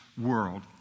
world